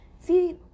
See